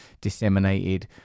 disseminated